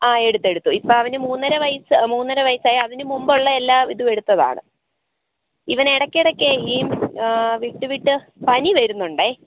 ആ എടുത്തെടുത്തു ഇപ്പോൾ അവനു മൂന്നരവയസ്സ് മൂന്നര വയസായി അതിനു മുമ്പുള്ളയെല്ലാം ഇതും എടുത്തതാണ് ഇവൻ ഇടയ്ക്കെടക്കെ വിട്ടുവിട്ട് പനി വരുന്നുണ്ടേ